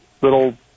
little